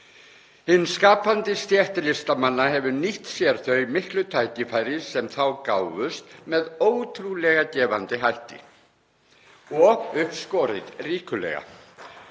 Hin skapandi stétt listamanna hefur nýtt sér þau miklu tækifæri sem þá gáfust með ótrúlega gefandi hætti og uppskorið ríkulega.